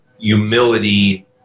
humility